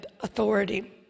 authority